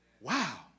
Wow